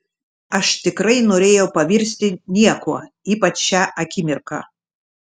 aš tikrai norėjau pavirsti niekuo ypač šią akimirką